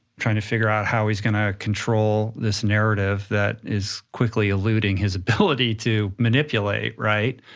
trying to figure out how he's gonna control this narrative that is quickly eluding his ability to manipulate, right?